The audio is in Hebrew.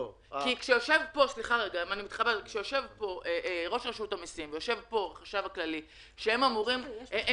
כי כשיושב פה ראש רשות המיסים וכשיושב פה החשב הכללי --- הם באים,